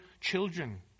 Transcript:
children